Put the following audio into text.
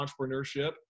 entrepreneurship